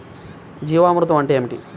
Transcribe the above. జీవామృతం అంటే ఏమిటి?